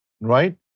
right